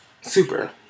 Super